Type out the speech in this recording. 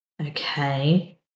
Okay